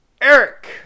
Eric